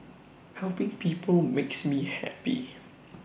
helping people makes me happy